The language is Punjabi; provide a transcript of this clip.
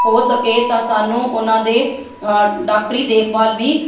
ਹੋ ਸਕੇ ਤਾਂ ਸਾਨੂੰ ਉਹਨਾਂ ਦੇ ਡਾਕਟਰੀ ਦੇਖ ਭਾਲ ਵੀ